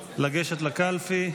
לגשת, לגשת לקלפי.